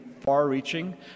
far-reaching